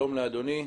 שלום לאדוני,